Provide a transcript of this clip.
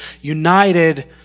united